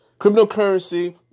Cryptocurrency